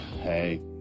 hey